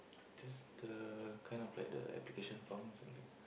just the kind of like the application forms or something